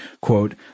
Quote